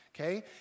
okay